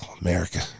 America